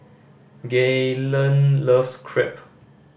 Gaylene loves Crepe